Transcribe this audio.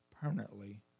permanently